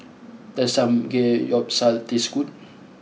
does Samgeyopsal taste good